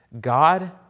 God